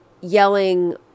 yelling